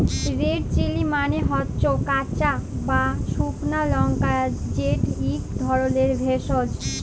red chilli মালে হচ্যে কাঁচা বা সুকনা লংকা যেট ইক ধরলের ভেষজ